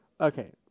Okay